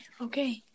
okay